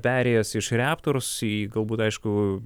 perėjęs iš raptors į galbūt aišku